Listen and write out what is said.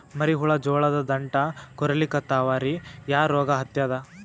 ಮರಿ ಹುಳ ಜೋಳದ ದಂಟ ಕೊರಿಲಿಕತ್ತಾವ ರೀ ಯಾ ರೋಗ ಹತ್ಯಾದ?